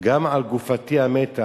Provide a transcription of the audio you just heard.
גם על גופתי המתה,